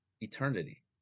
eternity